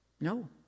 No